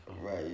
Right